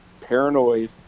paranoid